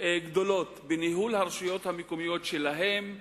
גדולות בניהול הרשויות המקומיות שלהם,